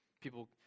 People